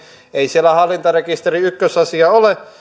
ei siellä hallintarekisteri ykkösasia ole